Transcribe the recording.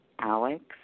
alex